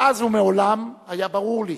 מאז ומעולם היה ברור לי